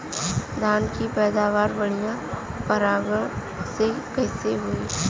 धान की पैदावार बढ़िया परागण से कईसे होई?